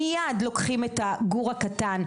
מיד לוקחים את הגור הקטן,